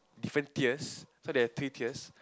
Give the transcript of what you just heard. different tiers so they three tiers